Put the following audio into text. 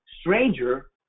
stranger